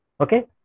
Okay